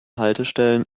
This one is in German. haltestellen